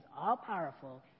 all-powerful